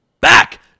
back